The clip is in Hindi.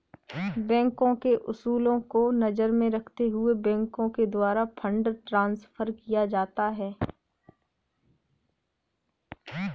बैंकों के उसूलों को नजर में रखते हुए बैंकों के द्वारा फंड ट्रांस्फर किया जाता है